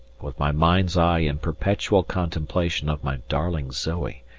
with my mind's-eye in perpetual contemplation of my darling zoe,